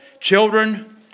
Children